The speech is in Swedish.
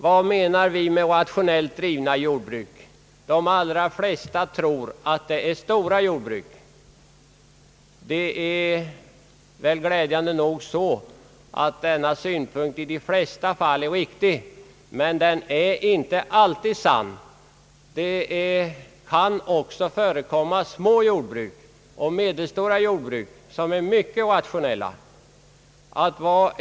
Vad menas med rationellt drivna jordbruk? De allra flesta tror att det är stora jordbruk. Det är glädjande nog så att denna synpunkt i de flesta fall är riktig, men den är inte alltid:sann. Det kan också förekomma små och medelstora jordbruk som är mycket rationella.